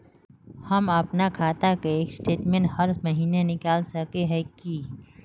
हम अपना खाता के स्टेटमेंट हर महीना निकल सके है की?